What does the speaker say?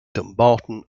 dumbarton